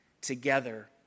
together